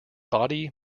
body